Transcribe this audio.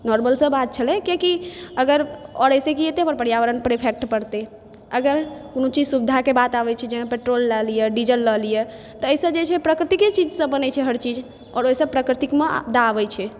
normal सा बात छलै कियाकि और एहिसॅं की हेतै हमर पर्यावरण पर इफेक्ट पड़तै अगर कोनो चीज सुविधाके बात आबै छै जेना पेट्रोल लए लिअ डीजल लए लिअ तऽ एहिसॅं की छै प्राकृतिके चीजसँ बनै छै हर चीज आओर ओहिसँ प्राकृतिकमे आपदा आबै छै